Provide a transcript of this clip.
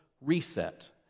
reset